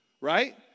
Right